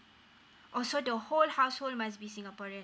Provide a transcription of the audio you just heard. oh so the whole household must be singaporean